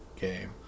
game